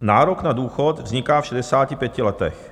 Nárok na důchod vzniká v 65 letech.